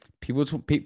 People